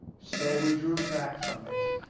so we drew back from it,